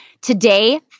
today